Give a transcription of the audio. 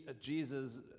Jesus